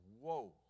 Whoa